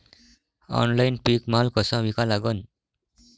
Online पीक माल कसा विका लागन?